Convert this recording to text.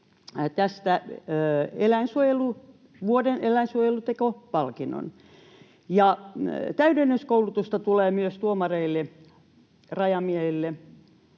tästä Vuoden eläinsuojeluteko ‑palkinnon. Täydennyskoulutusta tulee myös tuomareille, rajamiehille